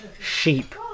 sheep